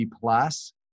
plus